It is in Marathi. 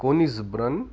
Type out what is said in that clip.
कोनीसब्रन